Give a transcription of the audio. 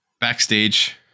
backstage